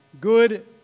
Good